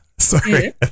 Sorry